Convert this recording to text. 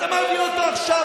אתה מעביר אותו עכשיו.